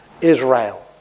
Israel